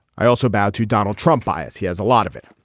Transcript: i also bowed to donald trump bias. he has a lot of it.